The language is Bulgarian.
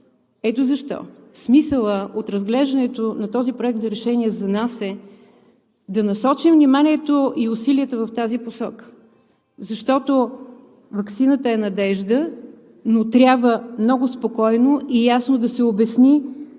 Ето защо смисълът от разглеждането на този Проект за решение за нас е да насочим вниманието и усилията в тази посока, защото ваксината е надежда, но трябва много спокойно и ясно да се обясни